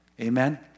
Amen